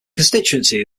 constituency